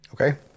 Okay